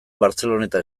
barceloneta